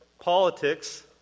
politics